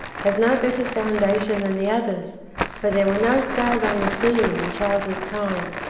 has no better foundation than the others for there were no stars on the ceiling in charles's time,